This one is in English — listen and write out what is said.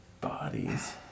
Bodies